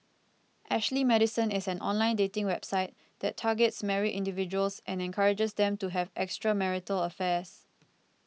Ashley Madison is an online dating website that targets married individuals and encourages them to have extramarital affairs